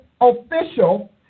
official